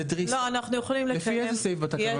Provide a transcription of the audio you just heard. לא, אנחנו יכולים לקיים דיון.